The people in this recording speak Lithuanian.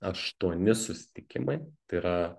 aštuoni susitikimai tai yra